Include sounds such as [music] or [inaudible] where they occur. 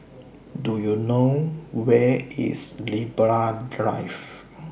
Do YOU know Where IS Libra Drive [noise]